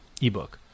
ebook